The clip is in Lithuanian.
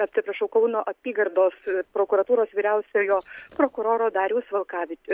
atsiprašau kauno apygardos prokuratūros vyriausiojo prokuroro dariaus valkavi